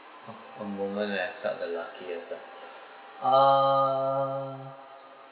a moment that I felt the luckiest ah uh